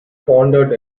pondered